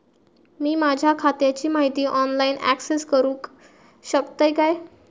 मी माझ्या खात्याची माहिती ऑनलाईन अक्सेस करूक शकतय काय?